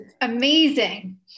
Amazing